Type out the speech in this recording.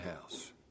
house